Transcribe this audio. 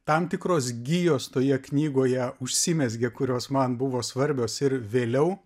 tam tikros gijos toje knygoje užsimezgė kurios man buvo svarbios ir vėliau